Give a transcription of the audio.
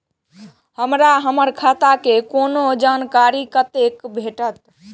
हमरा हमर खाता के कोनो जानकारी कते भेटतै